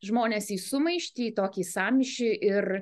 žmones į sumaištį tokį sąmyšį ir